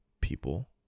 people